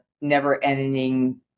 never-ending